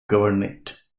governorate